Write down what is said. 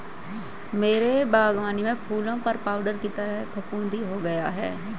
मेरे बगानी में फूलों पर पाउडर की तरह फुफुदी हो गया हैं